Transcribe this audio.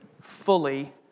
fully